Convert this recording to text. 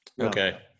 Okay